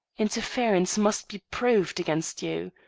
interference must be proved against you.